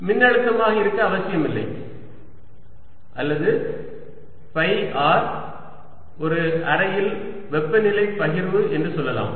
மின்னழுத்தமாக இருக்க அவசியமில்லை அல்லது ஃபை r ஒரு அறையில் வெப்பநிலை பகிர்வு என்று சொல்லலாம்